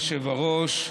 אדוני היושב-ראש,